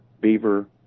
Beaver